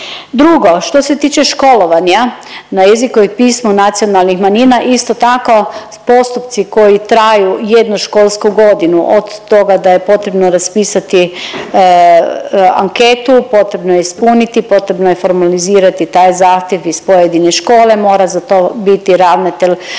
Drugo, što se tiče školovanja na jeziku i pismu nacionalnih manjina isto tako postupci koji traju jednu školsku godinu od toga da je potrebno raspisati anketu, potrebno je ispuniti, potrebno je formalizirati taj zahtjev iz pojedine škole, mora za to biti ravnatelj